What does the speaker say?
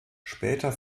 später